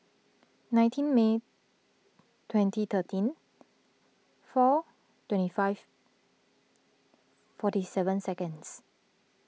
nineteen May twenty thirteen four twenty five forty seven seconds